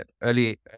early